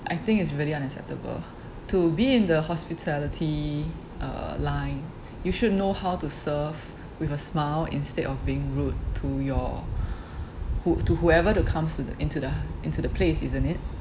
I think it's really unacceptable to be in the hospitality uh line you should know how to serve with a smile instead of being rude to your who to whoever that comes to the into the into the place isn't it